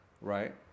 right